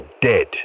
dead